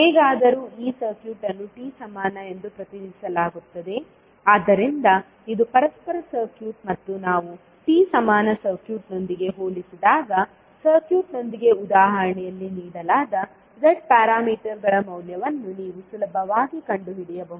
ಹೇಗಾದರೂ ಈ ಸರ್ಕ್ಯೂಟ್ ಅನ್ನು T ಸಮಾನ ಎಂದು ಪ್ರತಿನಿಧಿಸಲಾಗುತ್ತದೆ ಆದ್ದರಿಂದ ಇದು ಪರಸ್ಪರ ಸರ್ಕ್ಯೂಟ್ ಮತ್ತು ನಾವು T ಸಮಾನ ಸರ್ಕ್ಯೂಟ್ನೊಂದಿಗೆ ಹೋಲಿಸಿದಾಗ ಸರ್ಕ್ಯೂಟ್ನೊಂದಿಗೆ ಉದಾಹರಣೆಯಲ್ಲಿ ನೀಡಲಾದ z ಪ್ಯಾರಾಮೀಟರ್ಗಳ ಮೌಲ್ಯವನ್ನು ನೀವು ಸುಲಭವಾಗಿ ಕಂಡುಹಿಡಿಯಬಹುದು